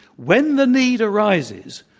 when the need arises,